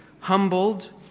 humbled